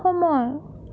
সময়